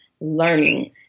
learning